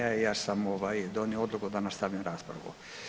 Ja sam donio odluku da nastavim raspravu.